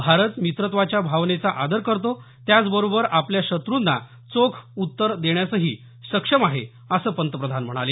भारत मित्रत्वाच्या भावेनेचा आदर करतो त्याचबरोबर आपल्या शत्रुंना चोख उत्तर देण्यासही सक्षम आहे असं पंतप्रधान म्हणाले